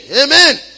Amen